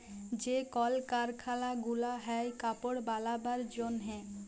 যে কল কারখালা গুলা হ্যয় কাপড় বালাবার জনহে